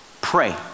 pray